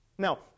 Now